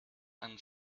han